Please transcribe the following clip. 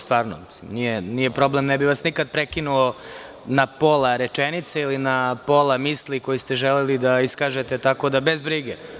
Stvarno, mislim, nije problem, ne bih vas nikada prekinuo na pola rečenice ili na pola misli koje ste želeli da iskažete, tako da bez brige.